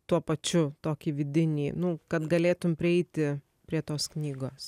tuo pačiu tokį vidinį nu kad galėtum prieiti prie tos knygos